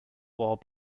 while